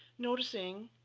noticing